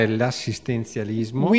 l'assistenzialismo